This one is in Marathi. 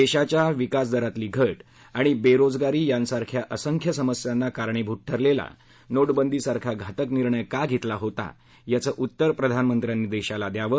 देशाच्या विकासदरातली घट आणि बेरोजगारी यांसारख्या असंख्य समस्यांना कारणीभूत ठरलेला नोटबंदीसारखा घातक निर्णय का घेतला होता याचं उत्तर प्रधानमंत्र्यांनी देशाला द्यावं